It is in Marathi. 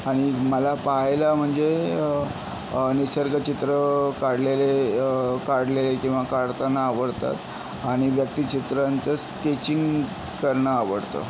आणि मला पाहायला म्हणजे निसर्गचित्र काढलेले काढलेले किंवा काढताना आवडतात आणि व्यक्तिचित्रांचं स्केचिंग करणं आवडतं